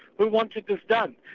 who wanted this done.